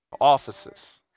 Offices